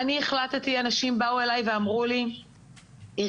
אנשים באו אלי ואמרו לי די,